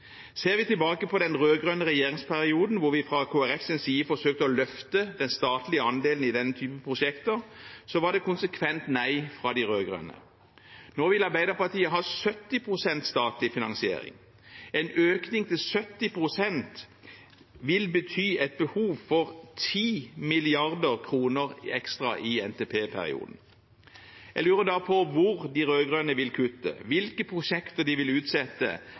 Ser vi tilbake på den rød-grønne regjeringsperioden, hvor vi fra Kristelig Folkepartis side forsøkte å løfte den statlige andelen i denne type prosjekter, var det konsekvent nei fra de rød-grønne. Nå vil Arbeiderpartiet ha 70 pst. statlig finansiering. En økning til 70 pst. vil bety et behov for 10 mrd. kr ekstra i NTP-perioden. Jeg lurer da på hvor de rød-grønne vil kutte, hvilke prosjekter de vil utsette,